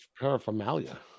paraphernalia